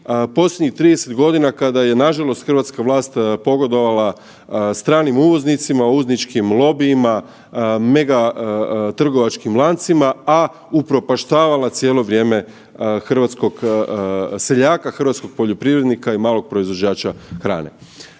posljednjih 30 godina kada je nažalost hrvatska vlast pogodovala stranim uvoznicima, uvozničkim lobijima, mega trgovačkim lancima, a upropaštavala cijelo vrijeme hrvatskog seljaka, hrvatskog poljoprivrednika i malog proizvođača hrane.